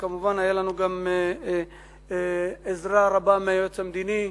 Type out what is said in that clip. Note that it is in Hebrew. כמובן, היתה לנו עזרה רבה מהיועץ המדיני,